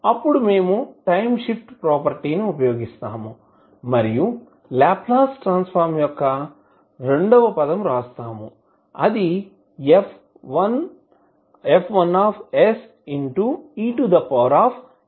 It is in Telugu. అప్పుడు మేము టైమ్ షిఫ్ట్ ప్రాపర్టీని ఉపయోగిస్తాము మరియు లాప్లాస్ ట్రాన్సఫర్మ్ యొక్క రెండవ పదం వ్రాస్తాము అది F1se Ts అవుతుంది